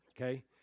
okay